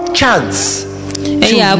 chance